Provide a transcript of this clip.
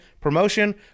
promotion